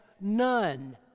none